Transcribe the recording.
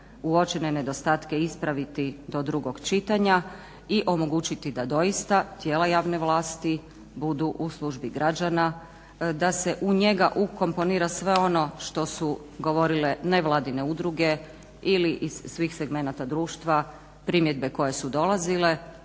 uočene nedostatke ispraviti do drugog čitanja i omogućiti da doista tijela javne vlasti budu u službi građana, da se u njega ukomponira sve ono što su govorile nevladine udruge ili iz svih segmenata društva primjedbe koje su dolazile